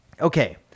Okay